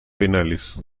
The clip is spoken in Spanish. penales